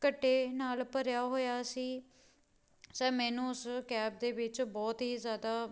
ਘੱਟੇ ਨਾਲ ਭਰਿਆ ਹੋਇਆ ਸੀ ਸਰ ਮੈਨੂੰ ਉਸ ਕੈਬ ਦੇ ਵਿੱਚ ਬਹੁਤ ਹੀ ਜ਼ਿਆਦਾ